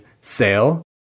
Sale